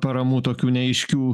paramų tokių neaiškių